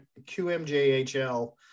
QMJHL